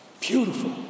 beautiful